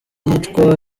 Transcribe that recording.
yicwa